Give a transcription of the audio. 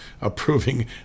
approving